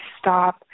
stop